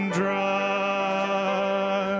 dry